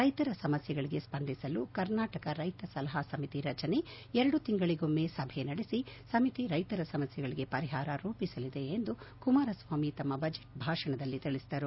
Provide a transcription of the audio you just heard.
ರೈತರ ಸಮಸ್ಯೆಗಳಿಗೆ ಸ್ಪಂದಿಸಲು ಕರ್ನಾಟಕ ರೈತ ಸಲಹಾ ಸಮಿತಿ ರಚನೆ ಎರಡು ತಿಂಗಳಿಗೊಮ್ಮೆ ಸಭೆ ನಡೆಸಿ ಸಮಿತಿ ರೈತರ ಸಮಸ್ಯೆಗಳಿಗೆ ಪರಿಹಾರ ರೂಪಿಸಲಿದೆ ಎಂದು ಕುಮಾರಸ್ವಾಮಿ ಬಜೆಟ್ ಭಾಷಣದಲ್ಲಿ ತಿಳಿಸಿದರು